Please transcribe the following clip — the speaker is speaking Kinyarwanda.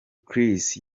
chris